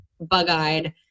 bug-eyed